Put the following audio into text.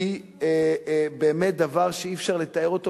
היא באמת דבר שאי-אפשר לתאר אותו,